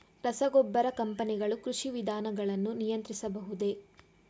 ರಸಗೊಬ್ಬರ ಕಂಪನಿಗಳು ಕೃಷಿ ವಿಧಾನಗಳನ್ನು ನಿಯಂತ್ರಿಸಬಹುದೇ?